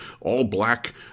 all-black